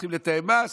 צריכים לתאם מס,